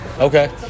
Okay